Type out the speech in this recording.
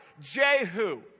Jehu